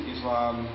Islam